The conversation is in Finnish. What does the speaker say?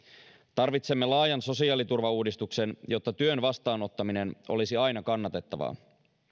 tarvitsemme laajan sosiaaliturvauudistuksen jotta työn vastaanottaminen olisi aina kannattavaa